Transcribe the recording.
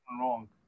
wrong